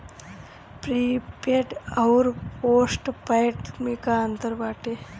Prepaid अउर postpaid में का अंतर बाटे?